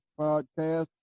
Podcast